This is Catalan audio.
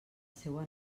seua